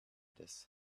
this